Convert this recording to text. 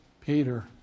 Peter